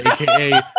aka